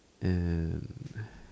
and